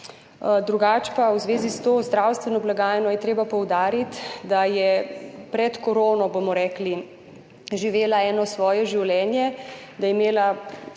Drugače je pa v zvezi s to zdravstveno blagajno treba poudariti, da je pred korono, bomo rekli, živela eno svoje življenje, da je imela,